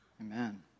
Amen